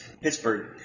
Pittsburgh